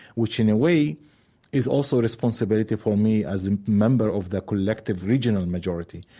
which in a way is also a responsibility for me as a member of the collective regional majority.